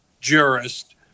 jurist